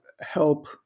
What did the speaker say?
help